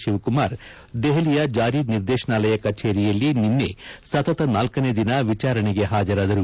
ಶಿವಕುಮಾರ್ ದೆಹಲಿಯ ಜಾರಿ ನಿರ್ದೇಶನಾಲಯದ ಕಚೇರಿಯಲ್ಲಿ ನಿನ್ಲೆ ಸತತ ನಾಲ್ಕನೇ ದಿನ ವಿಚಾರಣೆಗೆ ಹಾಜರಾದರು